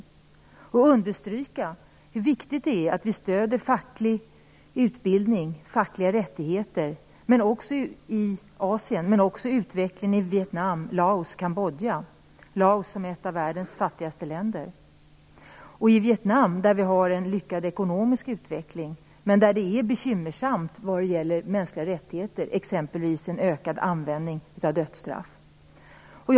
Jag vill understryka vikten av att vi stöder facklig utbildning och fackliga rättigheter i Asien men också utvecklingen i Vietnam, Laos och Kambodja. Laos är ett av världens fattigaste länder. I Vietnam har det skett en lyckad ekonomisk utveckling, men det är bekymmersamt vad gäller mänskliga rättigheter, t.ex. har användningen av dödsstraff ökat.